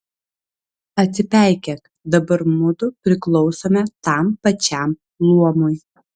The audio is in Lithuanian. atsipeikėk dabar mudu priklausome tam pačiam luomui